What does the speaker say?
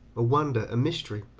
a wonder, a mystery,